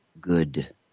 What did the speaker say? good